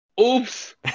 Oops